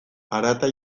harat